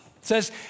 says